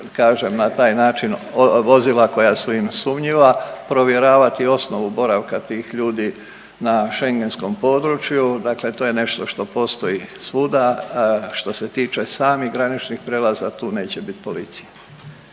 na taj način vozila koja su im sumnjiva, provjeravati osnovu boravka tih ljudi na schengenskom prostoru, dakle to je nešto što postoji svuda, što se tiče samih graničnih prijelaza tu neće bit policije.